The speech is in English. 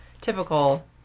typical